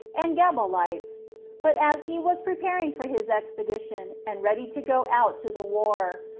and gebalites but as he was preparing for his expedition, and ready to go out to the war,